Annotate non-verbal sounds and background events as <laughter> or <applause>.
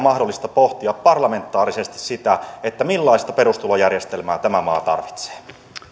<unintelligible> mahdollista pohtia parlamentaarisesti sitä millaista perustulojärjestelmää tämä maa tarvitsee